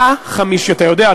אתה יודע,